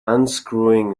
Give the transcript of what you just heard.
unscrewing